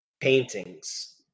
paintings